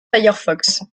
firefox